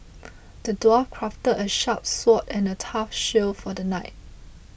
the dwarf crafted a sharp sword and a tough shield for the knight